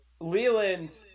leland